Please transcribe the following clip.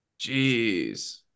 Jeez